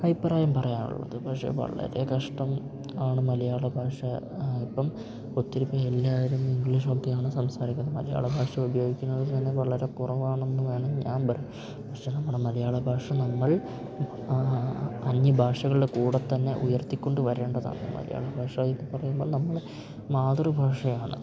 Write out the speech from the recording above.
അഭിപ്രായം പറയാനുള്ളത് പക്ഷേ വളരെ കഷ്ടം ആണ് മലയാള ഭാഷ ഇപ്പം ഒത്തിരി പേർ എല്ലാവരും ഇംഗ്ലീഷ് ഒക്കെയാണ് സംസാരിക്കുന്നത് മലയാള ഭാഷ ഉപയോഗിക്കുന്നത് തന്നെ വളരെ കുറവാണ് എന്ന് വേണം ഞാൻ പറയാൻ പക്ഷേ നമ്മുടെ മലയാള ഭാഷ നമ്മൾ അന്യഭാഷകളുടെ കൂടെ തന്നെ ഉയർത്തിക്കൊണ്ട് വരേണ്ടതാണ് മലയാള ഭാഷ എന്ന് പറയുമ്പോൾ നമ്മളെ മാതൃഭാഷയാണ്